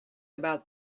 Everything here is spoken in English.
about